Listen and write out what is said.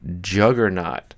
Juggernaut